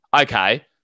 okay